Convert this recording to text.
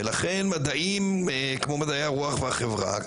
לכן מדעים כמו מדעי הרוח והחברה,